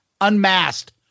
Unmasked